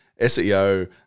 seo